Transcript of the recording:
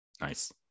Nice